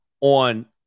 on